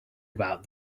about